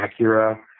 Acura